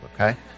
okay